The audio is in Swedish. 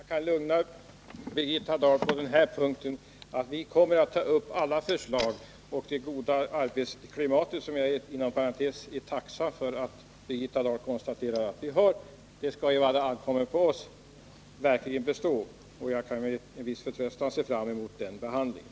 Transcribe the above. Herr talman! Jag kan lugna Birgitta Dahl på den punkten. Vi kommer att ta upp alla förslag. Och det goda arbetsklimatet — som jag inom parentes sagt är tacksam för att Birgitta Dahl konstaterar att vi har — skall, i vad det ankommer på oss, verkligen bestå. Jag kan med viss förtröstan se fram emot behandlingen.